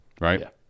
Right